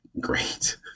great